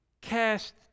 cast